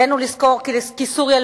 עלינו לזכור כי סוריה,